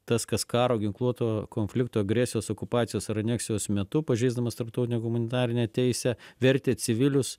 tas kas karo ginkluoto konflikto agresijos okupacijos ar aneksijos metu pažeisdamas tarptautinę humanitarinę teisę vertė civilius